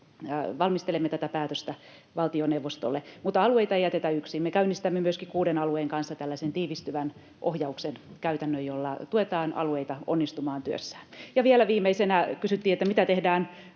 valmistelemme tätä päätöstä valtioneuvostolle. Mutta alueita ei jätetä yksin. Me käynnistämme myöskin kuuden alueen kanssa tällaisen tiivistyvän ohjauksen, käytännön, jolla tuetaan alueita onnistumaan työssään. Vielä viimeisenä kysyttiin, mitä tehdään